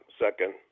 second